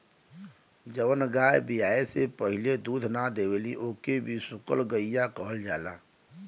जवन गाय बियाये से पहिले दूध ना देवेली ओके बिसुकुल गईया कहल जाला